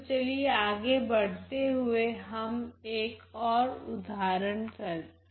तो चलिए आगे बढ़ते हुए हम एक ओर उदाहरण देखते हैं